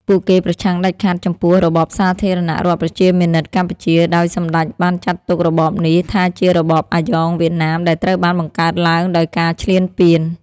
ពួកគេប្រឆាំងដាច់ខាតចំពោះរបបសាធារណរដ្ឋប្រជាមានិតកម្ពុជា ដោយសម្ដេចបានចាត់ទុករបបនេះថាជារបបអាយ៉ងវៀតណាមដែលត្រូវបានបង្កើតឡើងដោយការឈ្លានពាន។